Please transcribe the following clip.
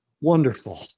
Wonderful